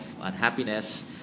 unhappiness